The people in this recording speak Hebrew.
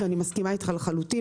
ואני מסכימה אתך לחלוטין.